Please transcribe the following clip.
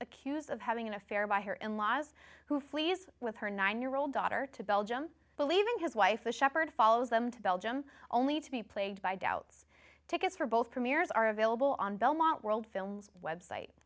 accused of having an affair by her in laws who flees with her nine year old daughter to belgium believing his wife the shepherd follows them to belgium only to be plagued by doubts tickets for both premieres are available on belmont world films website